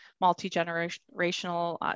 multi-generational